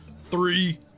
Three